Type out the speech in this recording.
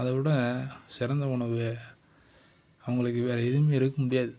அதை விட சிறந்த உணவு அவங்களுக்கு வேறு எதுவுமே இருக்க முடியாது